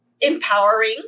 empowering